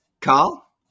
Carl